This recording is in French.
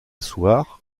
soir